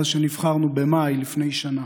מאז שנבחרנו במאי לפני שנה.